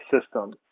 system